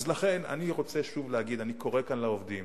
לכן אני רוצה שוב להגיד: אני קורא כאן לעובדים